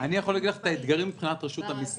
שכן --- אני יכול להגיד לך את האתגרים של רשות המסים,